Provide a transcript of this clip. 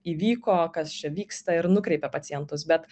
įvyko kas čia vyksta ir nukreipia pacientus bet